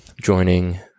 joining